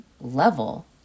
level